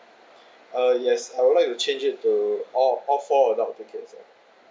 uh yes I would like to change it to all all four adults tickets uh